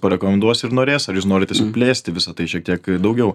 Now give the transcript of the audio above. parekomenduos ir norės ar jūs norite plėsti visa tai šiek tiek daugiau